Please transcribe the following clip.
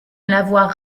l’avoir